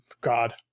god